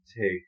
take